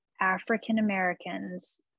African-Americans